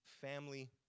Family